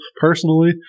personally